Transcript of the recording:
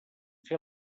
fer